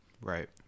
right